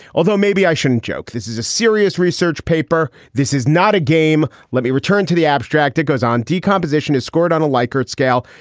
although maybe i shouldn't joke. this is a serious research paper. this is not a game. let me return to the abstract. it goes on. decompositional scored on a likert scale.